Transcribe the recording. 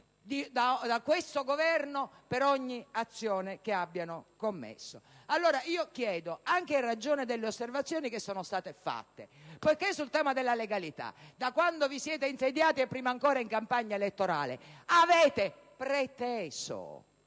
da questo Governo per ogni azione che abbiano commesso! Allora, anche in ragione delle osservazioni che sono state fatte, poiché sul tema della legalità - da quando vi siete insediati e, prima ancora, in campagna elettorale - avete preteso